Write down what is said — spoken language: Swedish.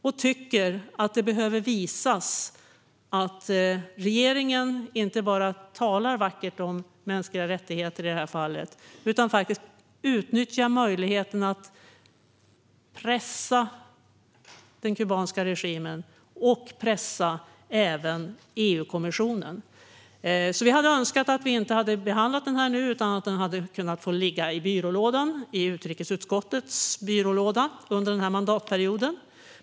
Vi tycker att regeringen behöver visa att den inte bara talar vackert om, i detta fall, mänskliga rättigheter utan utnyttjar möjligheten att pressa den kubanska regimen och även EU-kommissionen. Vi hade önskat att detta inte hade behandlats nu, utan att det hade kunnat få ligga i utrikesutskottets byrålåda under denna mandatperiod.